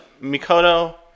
Mikoto